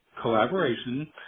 collaboration